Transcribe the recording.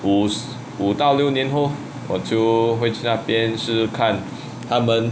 五五到六年后我就会去那边是看他们